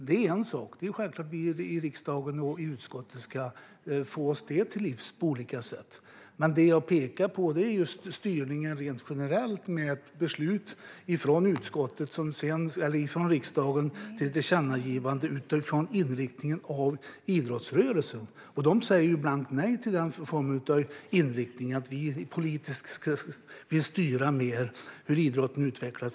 Det är en sak. Riksdagen och utskottet ska såklart få oss det till livs på olika sätt. Men det som jag pekar på är just styrningen, rent generellt, med beslut från riksdagen om ett tillkännagivande om inriktningen för idrottsrörelsen. Idrottsrörelsen säger blankt nej till den formen av inriktning, till att vi ska styra mer politiskt hur idrottsrörelsen utvecklas.